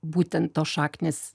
būtent tos šaknys